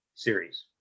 Series